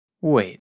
Wait